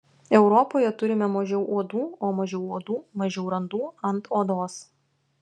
europoje turime mažiau uodų o mažiau uodų mažiau randų ant odos